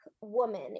woman